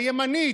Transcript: הימנית,